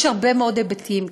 יש הרבה מאוד היבטים.